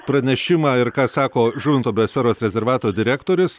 pranešimą ir ką sako žuvinto biosferos rezervato direktorius